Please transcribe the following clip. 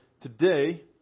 today